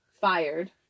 fired